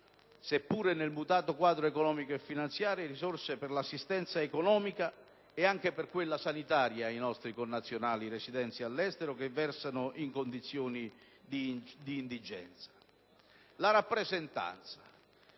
seppur nel mutato quadro economico e finanziario, risorse per l'assistenza economica ed anche sanitaria ai nostri connazionali residenti all'estero che versano in condizioni di indigenza. In merito alla